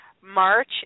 March